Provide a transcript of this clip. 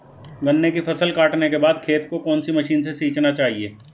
गन्ने की फसल काटने के बाद खेत को कौन सी मशीन से सींचना चाहिये?